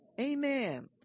Amen